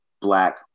black